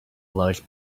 large